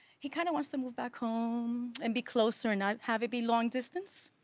he kind of wants to move back home and be closer and not have it be long distance.